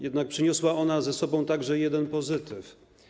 Jednak przyniosła ona ze sobą także jeden pozytyw.